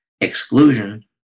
exclusion